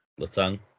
Latang